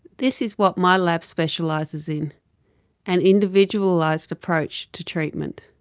this is what my lab specializes in an individualized approach to treatment.